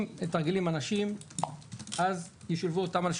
אם מתרגלים עם אנשים אז ישולבו אותם אנשים